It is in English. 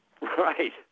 Right